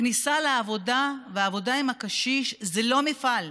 הכניסה לעבודה והעבודה עם הקשיש זה לא מפעל.